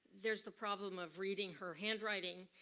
there's the problem of reading her handwriting,